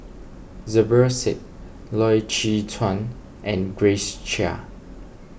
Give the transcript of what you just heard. Zubir Said Loy Chye Chuan and Grace Chia